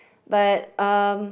but um